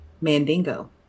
Mandingo